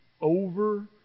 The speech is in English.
over